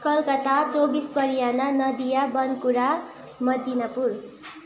Calcutta Chaubis Pargana Nadia Bankura Midnapore